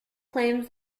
claims